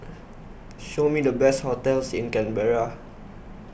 show me the best hotels in Canberra